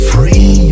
Free